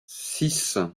six